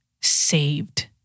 saved